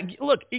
look